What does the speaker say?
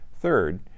Third